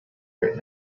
right